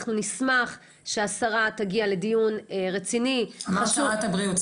אנחנו נשמח שהשרה תגיע לדיון רציני -- אמרת שרת הבריאות,